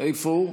איפה הוא?